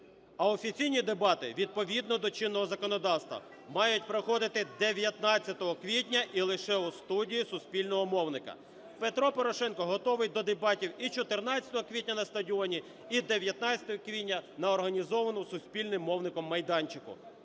А офіційні дебати відповідно до чинного законодавства мають проходити 19 квітня і лише у студії суспільного мовника. Петро Порошенко готовий до дебатів і 14 квітня на стадіоні, і 19 квітня на організованому суспільним мовником майданчику.